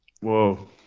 Whoa